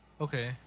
okay